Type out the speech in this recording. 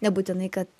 nebūtinai kad